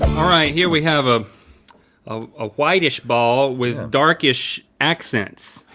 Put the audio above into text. all right here we have ah ah a whiteish ball with darkish accents.